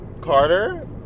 Carter